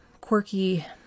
quirky